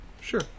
Sure